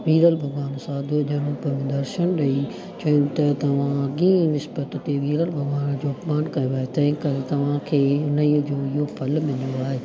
विरल भॻवानु साधूअ जेणो पहिरों दर्शनु ॾेई चयनि त तव्हां अॻे विस्पति ते विरल भॻवान जो अपमानु कयो आहे तंहिंकरे तव्हांखे हुनई जो इहो फल मिलियो आहे